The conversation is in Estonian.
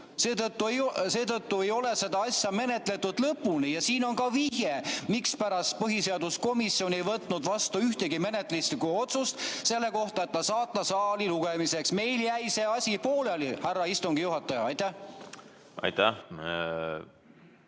Seetõttu ei ole seda asja menetletud lõpuni. Siin on ka vihje, mispärast põhiseaduskomisjon ei võtnud vastu ühtegi menetluslikku otsust selle kohta, et saata see [eelnõu] saali lugemiseks. Meil jäi see asi pooleli, härra istungi juhataja. Aitäh!